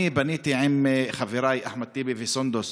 פניתי, עם חבריי אחמד טיבי וסונדוס,